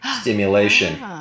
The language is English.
stimulation